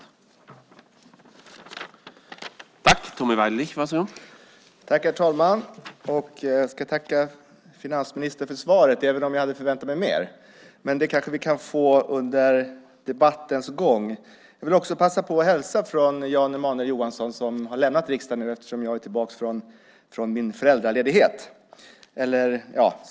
Då Jan Emanuel Johansson framställt interpellationen under den tid han tjänstgjort som ersättare för Tommy Waidelich, som därefter återtagit sin plats i riksdagen, medgav förste vice talmannen att Tommy Waidelich i stället fick delta i överläggningen.